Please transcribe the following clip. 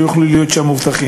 והם יוכלו להיות שם מאובטחים.